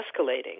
escalating